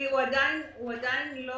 כי הוא עדיין לא